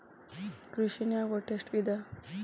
ಕೃಷಿನಾಗ್ ಒಟ್ಟ ಎಷ್ಟ ವಿಧ?